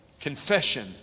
confession